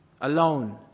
alone